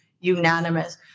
unanimous